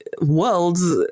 world's